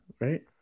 right